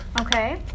Okay